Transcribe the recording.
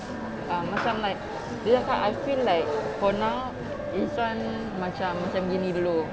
um macam like dia tak I feel like for now izuan macam macam gini dulu